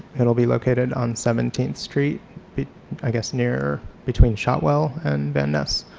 it'll be located on seventeenth street i guess near between shotwell and van ness